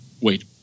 wait